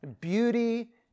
beauty